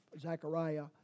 Zechariah